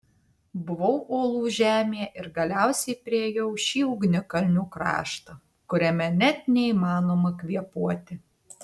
buvau uolų žemėje ir galiausiai priėjau šį ugnikalnių kraštą kuriame net neįmanoma kvėpuoti